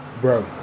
Bro